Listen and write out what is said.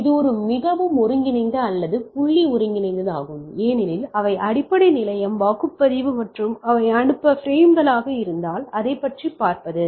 எனவே இது மிகவும் ஒருங்கிணைந்த அல்லது புள்ளி ஒருங்கிணைந்ததாகும் ஏனெனில் அவை அடிப்படை நிலையம் வாக்குப்பதிவு மற்றும் அவை அனுப்ப பிரேம்களாக இருந்தால் அதைப் பார்ப்பது